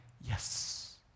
yes